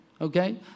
okay